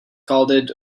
called